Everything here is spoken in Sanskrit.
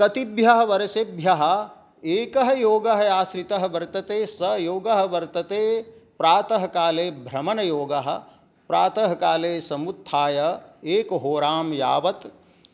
कतिभ्यः वर्षेभ्यः एकः योगः आश्रितः वर्तते सः योगः वर्तते प्रातःकाले भ्रमणयोगः प्रातःकाले समुत्थाय एकहोरां यावत्